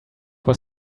was